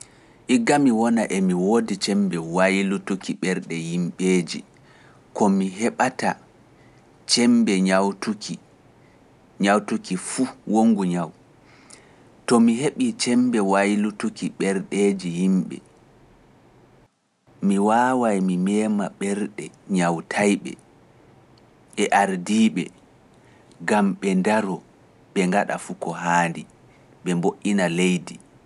Igga mi wona emi woodi cembe waylutuki ɓerɗe yimɓeeje, ko mi heɓata cembe nyawtuki, nyawtuki fuu wongu nyawu, to mi heɓii cembe waylutuki ɓerɗeeji yimɓe, mi waawaay mi meema ɓerɗe nyawtayɓe e ardiiɓe, ngam ɓe ndaro ɓe ngaɗa fuu ko haandi, ɓe mboɗɗina leydi.